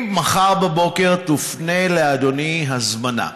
אם מחר בבוקר תופנה לאדוני הזמנה,